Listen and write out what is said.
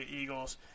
Eagles